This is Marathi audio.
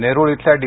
नेरूळ इथल्या डी